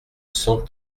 cent